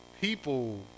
People